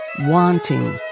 Wanting